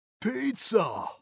PIZZA